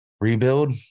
rebuild